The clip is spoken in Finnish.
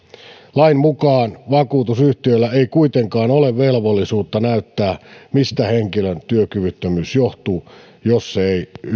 lain mukaan vakuutusyhtiöllä ei kuitenkaan ole velvollisuutta näyttää mistä henkilön työkyvyttömyys johtuu jos se ei